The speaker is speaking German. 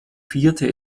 vierte